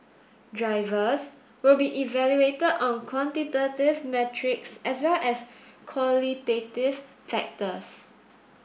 drivers will be evaluated on quantitative metrics as well as qualitative factors